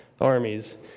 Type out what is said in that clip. armies